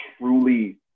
truly